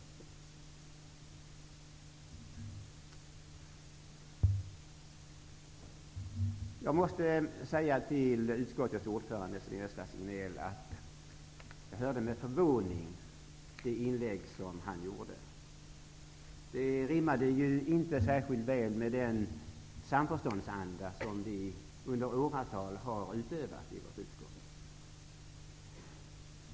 Sedan måste jag säga till utskottets ordförande Sven-Gösta Signell att jag åhörde med förvåning det inlägg som han gjorde. Det rimmade inte särskilt väl med den samförståndsanda som under åratal har rått i vårt utskott.